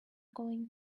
going